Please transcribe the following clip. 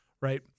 right